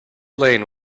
lane